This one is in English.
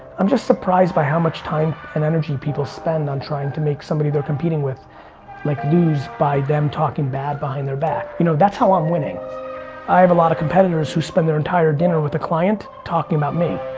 i'm just surprised by how much time and energy people spend on trying to make somebody they're competing with like lose by them talking bad behind their back. you know, that's how i'm winning. you know i have a lot of competitors who spend their entire dinner with a client talking about me.